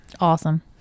Awesome